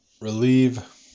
relieve